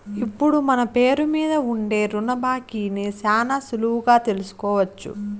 ఇప్పుడు మన పేరు మీద ఉండే రుణ బాకీని శానా సులువుగా తెలుసుకోవచ్చు